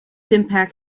impact